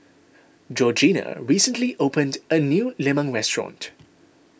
Georgina recently opened a new Lemang restaurant